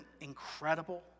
incredible